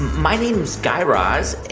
my name's guy raz.